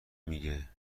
میگه